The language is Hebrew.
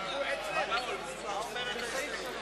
ההסתייגות של קבוצת סיעת קדימה לסעיף 3 נתקבלה.